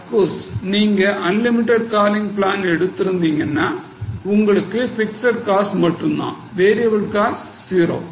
Of course நீங்க unlimited calling plan எடுத்து இருந்தீங்கன்னா உங்களுக்கு fixed cost மட்டும்தான் variable cost ஜீரோ